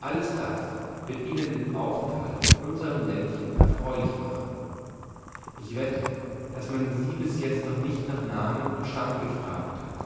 alles das wird ihnen den aufenthalt in unserm ländchen erfreulich machen ich wette daß man sie bis jetzt noch nicht nach namen und stand gefragt hat